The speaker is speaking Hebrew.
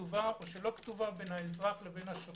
שכתובה או שלא כתובה בין האזרח לשוטר,